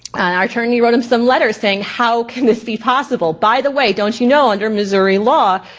and our attorney wrote em some letters saying how can this be possible, by the way, don't you know under missouri law,